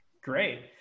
great